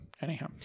anyhow